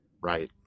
right